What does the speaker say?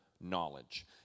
knowledge